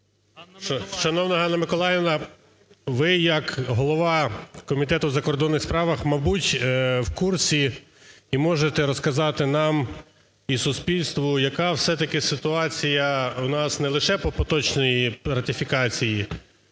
Шановна Ганна Миколаївна, ви як голова Комітету у закордонних справах, мабуть, в курсі і можете розказати нам і суспільству, яка все-таки ситуація у нас не лише по поточній ратифікації,